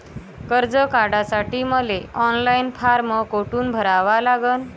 कर्ज काढासाठी मले ऑनलाईन फारम कोठून भरावा लागन?